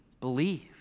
believe